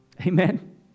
Amen